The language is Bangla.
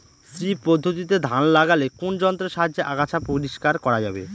শ্রী পদ্ধতিতে ধান লাগালে কোন যন্ত্রের সাহায্যে আগাছা পরিষ্কার করা যাবে?